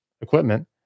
equipment